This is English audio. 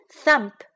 thump